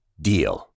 DEAL